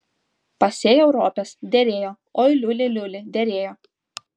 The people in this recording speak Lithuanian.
pasėjau ropes derėjo oi liuli liuli derėjo